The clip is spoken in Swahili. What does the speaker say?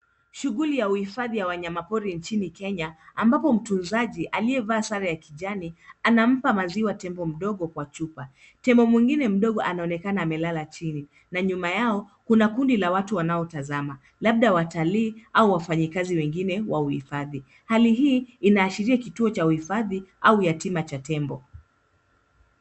Shughuli ya uhifadhi ya wanyamapori nchini kenya ambapo mtunzaji aliyevaa sare ya kijani anampa maziwa tembo mdogo kwa chupa. Tembo mwingine mdogo anaonekana amelala chini na nyuma yao kua kundi la watu wanaotazama, labda watalii au wafanyikazi wengine wa uhifadhi. Hali hii inaashiria kituo cha uhifadhi au yatima cha tembo.